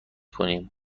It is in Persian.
کنیم